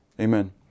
amen